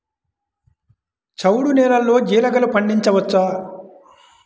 చవుడు నేలలో జీలగలు పండించవచ్చా?